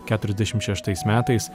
keturiasdešim šeštais metais